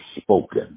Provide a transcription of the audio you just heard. spoken